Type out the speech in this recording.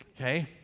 okay